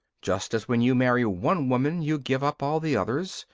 just as when you marry one woman you give up all the others,